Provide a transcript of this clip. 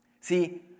See